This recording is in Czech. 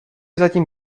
zatím